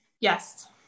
yes